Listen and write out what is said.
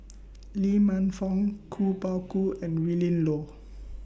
Lee Man Fong Kuo Pao Kun and Willin Low